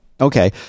Okay